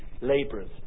labourers